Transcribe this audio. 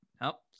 Nope